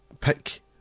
pick